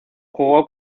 jugó